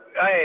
Hey